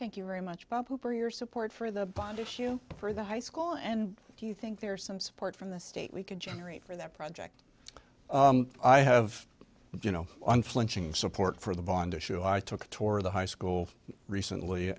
thank you very much bob cooper your support for the bond issue for the high school and do you think there is some support from the state we could generate for that project i have you know unflinching support for the bond issue i took a tour of the high school recently